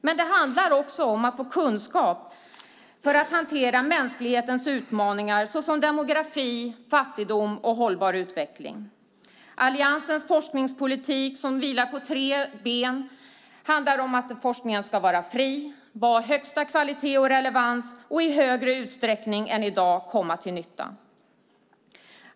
Men det handlar också om att få kunskap för att hantera mänsklighetens utmaningar såsom demografi, fattigdom och hållbar utveckling. Alliansens forskningspolitik vilar på tre ben. Det handlar om att forskningen ska vara fri, vara av högsta kvalitet och relevans och i större utsträckning än i dag komma till nytta.